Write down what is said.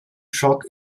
schock